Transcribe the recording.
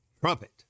trumpet